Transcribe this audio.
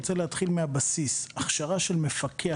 אני רוצה להתחיל מהבסיס הכשרה של מפקח